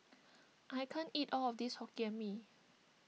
I can't eat all of this Hokkien Mee